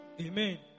Amen